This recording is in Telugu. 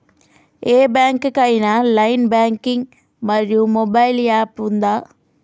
ఏ బ్యాంక్ కి ఐనా ఆన్ లైన్ బ్యాంకింగ్ మరియు మొబైల్ యాప్ ఉందా?